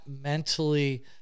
mentally